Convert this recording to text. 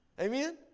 Amen